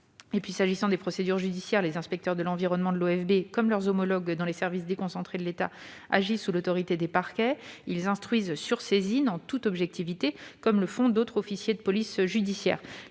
ce qui est des procédures judiciaires, les inspecteurs de l'environnement de l'OFB, comme leurs homologues des services déconcentrés de l'État, agissent sous l'autorité des parquets. Ils instruisent sur saisine, en toute objectivité, comme le font d'autres officiers de police judiciaire.